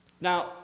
Now